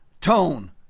tone